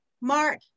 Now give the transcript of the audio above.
Mark